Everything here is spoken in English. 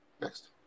Next